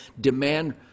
demand